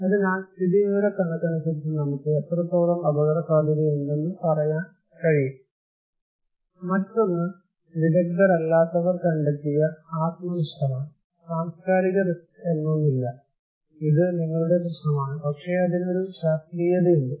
അതിനാൽ സ്ഥിതിവിവരക്കണക്കനുസരിച്ച് നമുക്ക് എത്രത്തോളം അപകടസാധ്യതയുണ്ടെന്ന് പറയാൻ കഴിയും മറ്റൊന്ന് വിദഗ്ദ്ധരല്ലാത്തവർ കണ്ടെത്തിയ ആത്മനിഷ്ഠമാണ് സാംസ്കാരിക റിസ്ക് എന്നൊന്നില്ല ഇത് നിങ്ങളുടെ പ്രശ്നമാണ് പക്ഷേ അതിന് ഒരു ശാസ്ത്രീയതയുണ്ട്